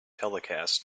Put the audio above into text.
telecasts